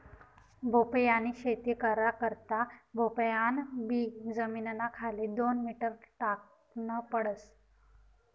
भोपयानी शेती करा करता भोपयान बी जमीनना खाले दोन मीटर टाकन पडस